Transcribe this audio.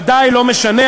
ודאי לא משנה,